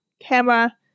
camera